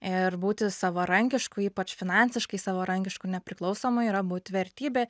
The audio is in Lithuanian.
ir būti savarankišku ypač finansiškai savarankišku nepriklausomu yra būt vertybė